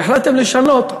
והחלטתם לשנות,